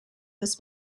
this